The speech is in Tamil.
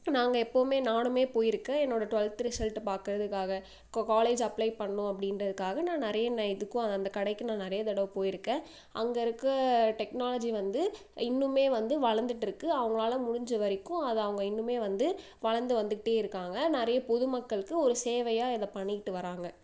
நாங்கள் எப்போவுமே நானுமே போயிருக்கேன் என்னோடய டுவெல்த்து ரிசல்ட்டை பார்க்குறதுக்காக க காலேஜ் அப்ளே பண்ணும் அப்படின்றதுக்காக நான் நிறைய நான் இதுக்கும் அந்த கடைக்கு நான் நிறைய தடவை போயிருக்கேன் அங்கே இருக்கற டெக்னாலஜி வந்து இன்னுமே வந்து வளர்ந்துட்ருக்கு அவங்களால முடிஞ்ச வரைக்கும் அதை அவங்க இன்னுமே வந்து வளர்ந்து வந்துக்கிட்டே இருக்காங்க நிறைய பொதுமக்களுக்கு ஒரு சேவையாக இதை பண்ணிக்கிட்டு வராங்க